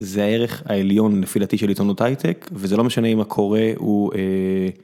זה הערך העליון לפי דעתי של עיתונות הייטק וזה לא משנה אם הקורא הוא.